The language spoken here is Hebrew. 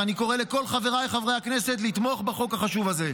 ואני קורא לכל חבריי חברי הכנסת לתמוך בחוק החשוב הזה,